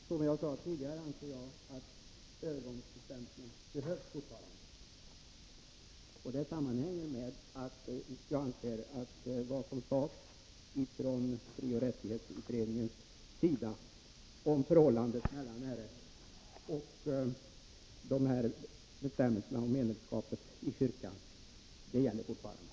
Herr talman! Som jag tidigare sade anser jag att övergångsbestämmelserna fortfarande behövs. Det sammanhänger med att jag anser att vad som sades från frioch rättighetsutredningens sida om förhållandet mellan RF och bestämmelserna om medlemskapet i kyrkan fortfarande gäller.